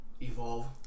Evolve